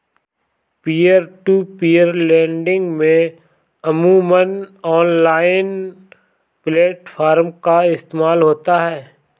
peer to peer lending में अमूमन online platform का इस्तेमाल होता है